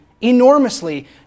enormously